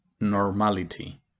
normality